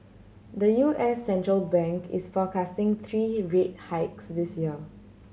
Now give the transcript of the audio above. the U S central bank is forecasting three rate hikes this year